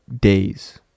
days